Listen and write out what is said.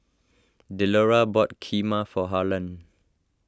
Delora bought Kheema for Harland